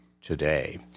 today